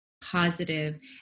positive